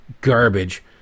garbage